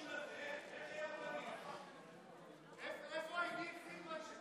ניתן את הטיפול בזמן הנכון.